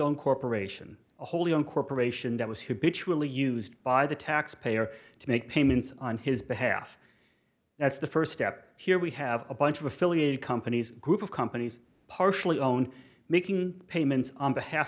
owned corporation a wholly owned corporation that was who bitch will be used by the taxpayer to make payments on his behalf that's the first step here we have a bunch of affiliated companies group of companies partially own making payments on behalf